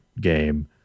game